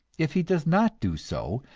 if he does not do so,